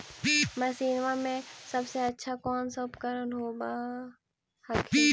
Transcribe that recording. मसिनमा मे सबसे अच्छा कौन सा उपकरण कौन होब हखिन?